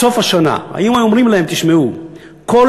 היו אומרים להם: עד סוף השנה,